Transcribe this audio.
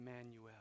Emmanuel